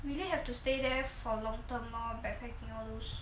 really have to stay there for long term lor backpacking all those